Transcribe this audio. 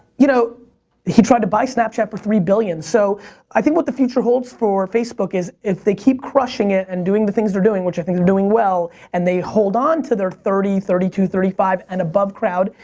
you know he tried to buy snapchat for three billion. so i think what the future holds for facebook is if they keep crushing it and doing the things they're doing which i think they're doing well, and they hold onto their thirty, thirty two, thirty five and above crowd,